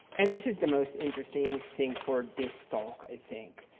and this is the most interesting thing for this talk i think.